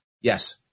Yes